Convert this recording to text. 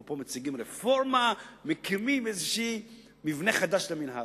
פה מציגים רפורמה: מקימים מבנה חדש למינהל.